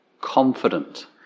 Confident